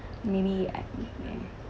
maybe I